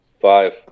five